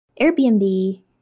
Airbnb